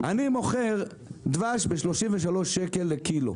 אני מוכר דבש ב-33 שקלים לקילו.